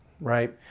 right